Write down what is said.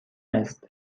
است